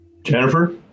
Jennifer